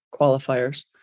qualifiers